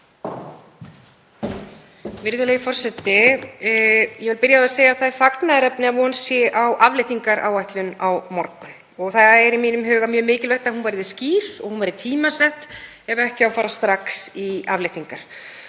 Virðulegi forseti. Ég vil byrja á að segja að það er fagnaðarefni að von sé á afléttingaráætlun á morgun og það er í mínum huga mjög mikilvægt að hún verði skýr og hún verði tímasett ef ekki á að fara strax í afléttingar.